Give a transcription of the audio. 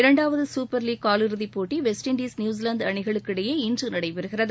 இரண்டாவது super league காலிறுதிப் போட்டி வெஸ்ட் இண்டீஸ் நியூசிலாந்து அணிகளுக்கு இடையே இன்று நடைபெறுகிறது